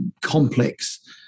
complex